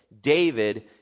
David